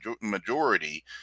majority